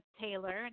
Taylor